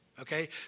okay